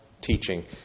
teaching